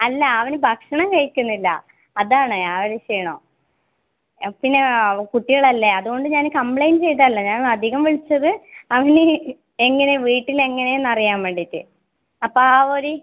അല്ല അവൻ ഭക്ഷണം കഴിക്കുന്നില്ല അതാണ് ആ ഒരു ക്ഷീണം അപ്പം പിന്നെ കുട്ടികളല്ലേ അത്കൊണ്ട് ഞാൻ കംപ്ലൈൻറ്റ് ഇതല്ല ഞാൻ അധികം വിളിച്ചത് അവൻ ഇനി വീട്ടിൽ എങ്ങനെ എന്നറിയാൻ വേണ്ടിയിട്ട് ആപ്പ ആ ഒരു